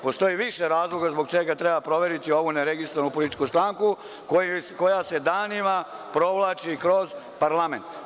Postoji više razloga zbog kojih treba proveriti ovu neregistrovanu političku stranku koja se danima provlači kroz parlament.